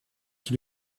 qui